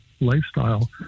lifestyle